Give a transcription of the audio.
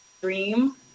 dream